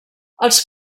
els